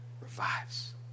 revives